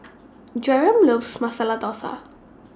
Jereme loves Masala Dosa